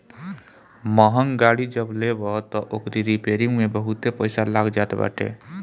महंग गाड़ी जब लेबअ तअ ओकरी रिपेरिंग में बहुते पईसा लाग जात बाटे